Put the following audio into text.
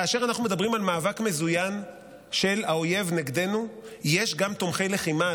כאשר אנחנו מדברים על מאבק מזוין של האויב נגדנו יש גם תומכי לחימה,